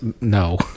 no